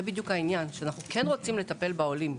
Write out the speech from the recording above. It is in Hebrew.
אנו כן רוצים לטפל בעולים.